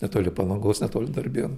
netoli palangos netoli darbėnų